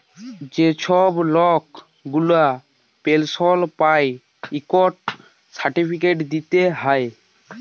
যে ছব লক গুলা পেলশল পায় ইকট সার্টিফিকেট দিতে হ্যয়